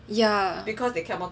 yeah